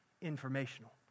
informational